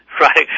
Right